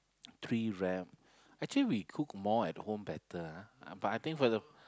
three wrap actually we cook more at home better ah but I think for the